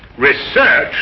research?